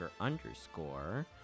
underscore